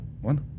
One